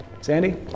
Sandy